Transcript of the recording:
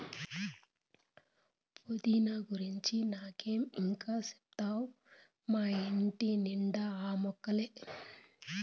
పుదీనా గురించి నాకే ఇం గా చెప్తావ్ మా ఇంటి నిండా ఆ మొక్కలే